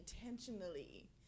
intentionally